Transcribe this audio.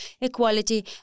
equality